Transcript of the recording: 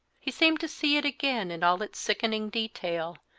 he seemed to see it again in all its sickening detail,